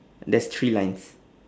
there's three lines